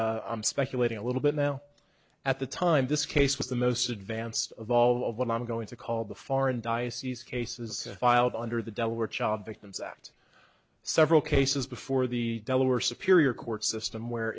and i'm speculating a little bit now at the time this case was the most advanced of all of what i'm going to call the foreign diocese cases filed under the delaware child victims act several cases before the delo are superior court system where